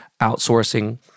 outsourcing